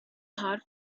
hot